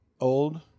Old